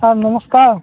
sir ନମସ୍କାର